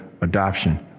adoption